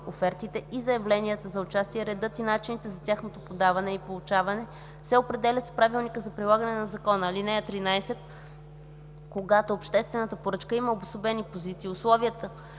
офертите и заявленията за участие, редът и начините за тяхното подаване и получаване се определят с правилника за прилагане на закона. (13) Когато обществената поръчка има обособени позиции, условията